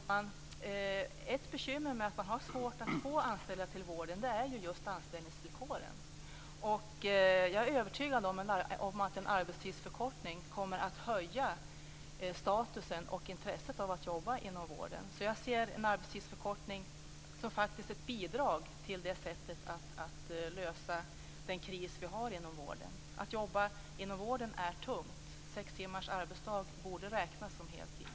Herr talman! Ett bekymmer med att man har svårt att få anställda till vården är just anställningsvillkoren. Jag är övertygad om att en arbetstidsförkortning kommer att höja statusen och öka intresset för att jobba inom vården. Jag ser en arbetstidsförkortning som ett bidrag till att lösa den kris som vi har inom vården. Att jobba inom vården är tungt. Sex timmars arbetsdag borde räknas som heltid.